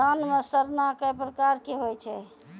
धान म सड़ना कै प्रकार के होय छै?